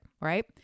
right